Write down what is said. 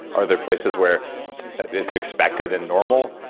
are there places where it's expected and normal?